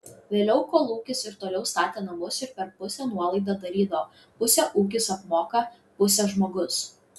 vėliau kolūkis ir toliau statė namus ir per pusę nuolaidą darydavo pusę ūkis apmoka pusę žmogus